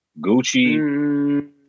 Gucci